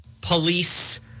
police